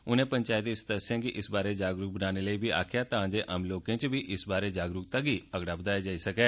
उनें पंचायती सदस्यें गी इस बारै जागरूक करने लेई आक्खेआ तां जे आम लोकें च बी इस बारै जागरूकता गी बदाया जाई सकै